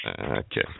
Okay